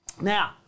Now